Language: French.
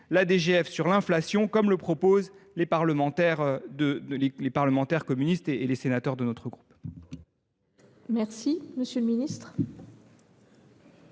la DGF sur l’inflation, comme le proposent les parlementaires communistes et les sénateurs de notre groupe ? Bonne question